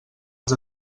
els